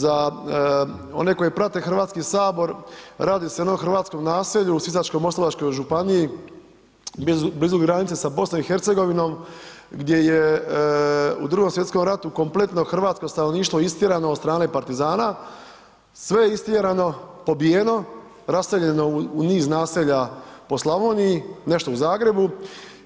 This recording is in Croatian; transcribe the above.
Za one koji prate HS radi se o jednom hrvatskom naselju u Sisačko-moslavačkoj županiji blizu granice sa BiH gdje je u Drugom svjetskom ratu kompletno hrvatsko stanovništvo istjerano od strane partizana, sve je istjerano, pobijeno, raseljeno u niz naselja po Slavoniji, nešto u Zagrebu